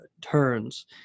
turns